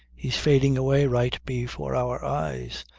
he's fading away right before our eyes.